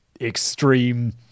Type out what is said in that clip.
extreme